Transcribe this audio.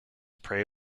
prey